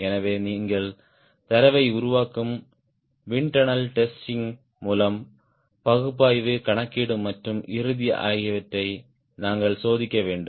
எனவே நீங்கள் தரவை உருவாக்கும் விண்ட் டன்னல் டெஸ்டிங் மூலம் பகுப்பாய்வு கணக்கீட்டு மற்றும் இறுதி ஆகியவற்றை நாங்கள் சோதிக்க வேண்டும்